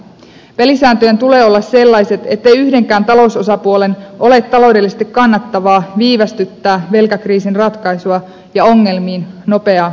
pelisääntöjen tulee olla sellaiset ettei yhdenkään talousosapuolen ole taloudellisesti kannattavaa viivästyttää velkakriisin ratkaisua ja nopeaa puuttumista ongelmiin